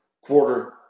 quarter